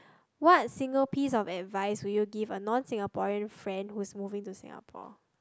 what single piece of advice would you give a non Singaporean friend who is moving to Singapore